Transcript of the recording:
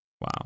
Wow